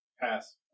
Pass